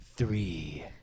Three